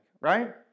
right